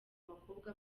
bakobwa